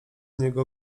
niego